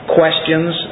questions